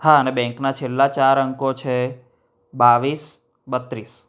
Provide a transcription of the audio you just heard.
હા અને બેન્કના છેલ્લા ચાર અંકો છે બાવીસ બત્રીસ